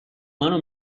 منو